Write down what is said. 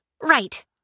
right